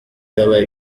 yabaye